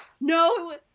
No